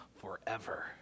forever